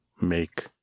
make